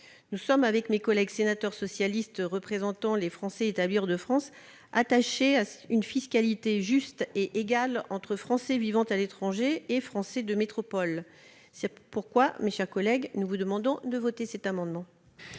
Comme mes collègues sénateurs socialistes représentant les Français établis hors de France, je suis attachée à une fiscalité juste et égale entre Français vivant à l'étranger et Français de métropole, c'est pourquoi, mes chers collègues, nous vous demandons de voter cet amendement.